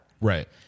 Right